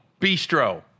Bistro